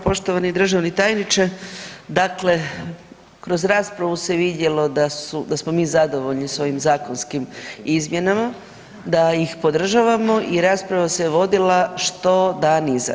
Poštovani državni tajniče, dakle kroz raspravu se vidjelo da smo mi zadovoljni s ovim zakonskim izmjenama, da ih podržavamo i rasprava se vodila što dan iza.